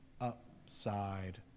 upside